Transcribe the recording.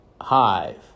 hive